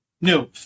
No